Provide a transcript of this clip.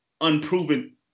unproven